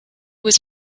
was